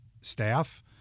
staff